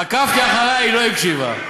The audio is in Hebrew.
עקבתי אחריה, היא לא הקשיבה.